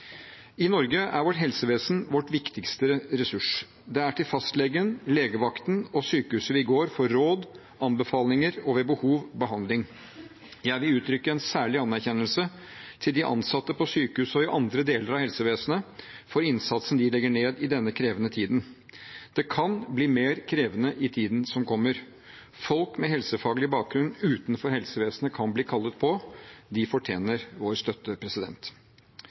I Norge er helsevesenet vår viktigste ressurs. Det er til fastlegen, legevakten og sykehuset vi går for å få råd, anbefalinger og ved behov: behandling. Jeg vil uttrykke en særlig anerkjennelse til de ansatte på sykehus og i andre deler av helsevesenet for innsatsen de legger ned i denne krevende tiden. Det kan bli mer krevende i tiden som kommer. Folk med helsefaglig bakgrunn utenfor helsevesenet kan bli kalt på – de fortjener vår støtte.